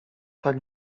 tak